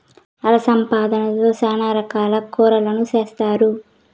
అలసందలతో చానా రకాల కూరలను చేస్తారు